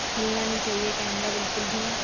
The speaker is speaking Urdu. ہلنا نہیں چاہیے کیمرہ بالکل بھی